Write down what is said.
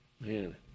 man